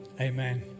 amen